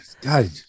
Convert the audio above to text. God